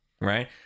right